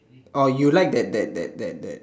oh you like that that that that that